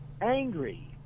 angry